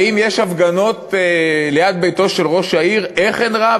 האם יש הפגנות ליד ביתו של ראש העיר איך אין רב?